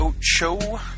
show